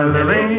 Lily